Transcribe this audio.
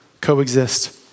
coexist